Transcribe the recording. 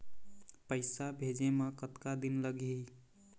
पैसा भेजे मे कतका दिन लगही?